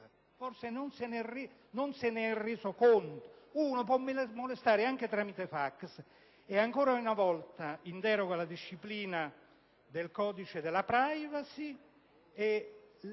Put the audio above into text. Forse non se ne é reso conto: si può molestare anche tramite *fax*. Ancora una volta, in deroga alla disciplina del codice della *privacy*,